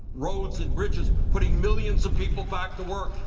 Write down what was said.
roads and bridges, putting millions of people back to work,